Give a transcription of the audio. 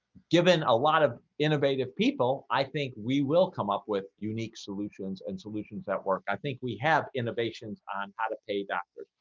given a lot of innovative people. i think we will come up with unique solutions and solutions that work i think we have innovations on how to pay doctors.